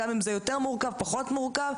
גם אם זה יותר מורכב או פחות מורכב,